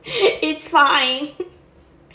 it's fine